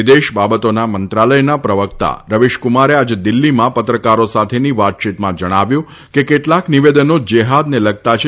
વિદેશ બાબતોના મંત્રાલયના પ્રવકતા રવિશક્રમારે આજે દિલ્ફીમાં પત્રકારો સાથેની વાતયીતમાં જણાવ્યું હતું કે કેટલાક નિવેદનો ઝેફાદને લગતા છે